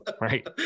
right